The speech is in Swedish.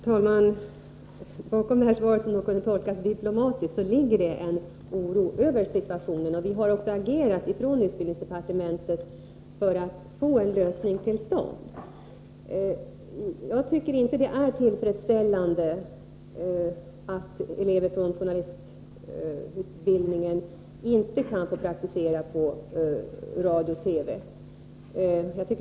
Herr talman! Bakom detta svar, som kunde tolkas ”diplomatiskt”, ligger det en oro över situationen. Vi har från utbildningsdepartementet agerat för att få en lösning till stånd. Jag tycker inte att det är tillfredsställande att elever från journalistutbildningen inte kan få praktisera på radio/TV.